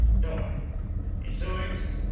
don't worry in two weeks,